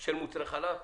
של מוצרי חלב?